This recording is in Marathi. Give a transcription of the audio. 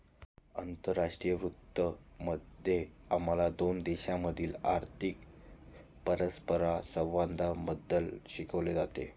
आंतरराष्ट्रीय वित्त मध्ये आम्हाला दोन देशांमधील आर्थिक परस्परसंवादाबद्दल शिकवले जाते